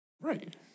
Right